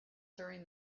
during